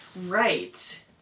Right